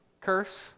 curse